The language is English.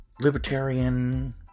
Libertarian